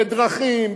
בדרכים,